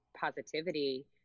positivity